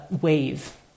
Wave